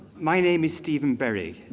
my name is stephen bury.